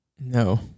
No